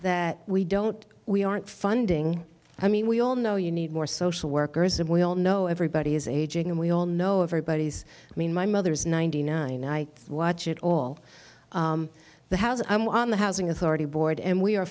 that we don't we aren't funding i mean we all know you need more social workers and we all know everybody is aging and we all know everybody's i mean my mother is ninety nine and i watch it all the house i'm on the housing authority board and we are